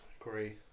agree